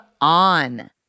on